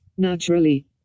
naturally